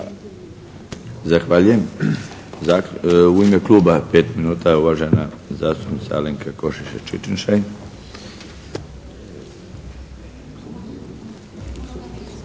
Zahvaljujem. U ime kluba, 5 minuta, uvažena zastupnica Alenka Košiša Čičin-Šain.